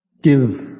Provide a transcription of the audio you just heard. give